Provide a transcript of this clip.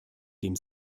dem